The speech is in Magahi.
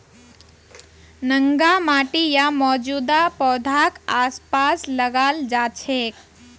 नंगा माटी या मौजूदा पौधाक आसपास लगाल जा छेक